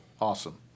Awesome